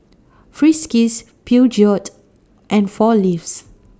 Friskies Peugeot and four Leaves